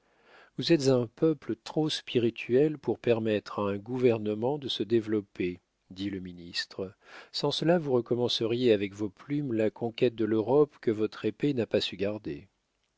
vous êtes un peuple trop spirituel pour permettre à un gouvernement de se développer dit le ministre sans cela vous recommenceriez avec vos plumes la conquête de l'europe que votre épée n'a pas su garder